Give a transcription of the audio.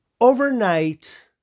Overnight